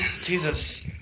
Jesus